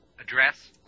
Address